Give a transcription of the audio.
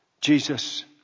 Jesus